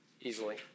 easily